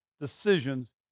decisions